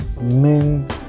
men